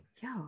yo